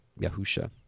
Yahusha